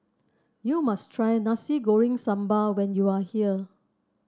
you must try Nasi Goreng Sambal when you are here